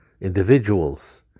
individuals